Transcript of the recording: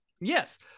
Yes